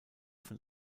von